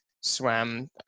swam